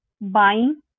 buying